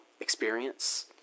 experience